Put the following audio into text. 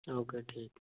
okay ठीक